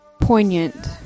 poignant